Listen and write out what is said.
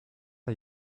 are